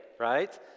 Right